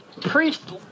priest